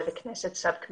הדברים לא סותרים.